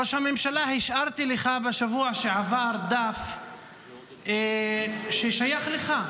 ראש הממשלה, השארתי לך בשבוע שעבר דף ששייך לך.